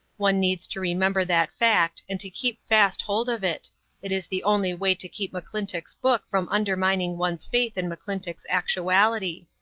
one needs to remember that fact and to keep fast hold of it it is the only way to keep mcclintock's book from undermining one's faith in mcclintock's actuality.